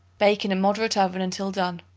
bake in a moderate oven until done.